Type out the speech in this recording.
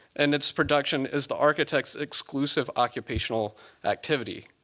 and its production is the architect's exclusive occupational activity.